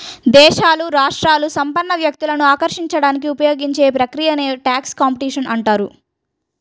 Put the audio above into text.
దేశాలు, రాష్ట్రాలు సంపన్న వ్యక్తులను ఆకర్షించడానికి ఉపయోగించే ప్రక్రియనే ట్యాక్స్ కాంపిటీషన్ అంటారు